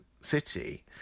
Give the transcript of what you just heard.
City